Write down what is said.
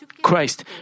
Christ